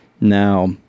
Now